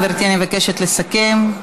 גברתי, אני מבקשת לסכם.